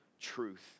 truth